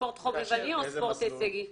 ספורט חובבני או ספורט הישגי?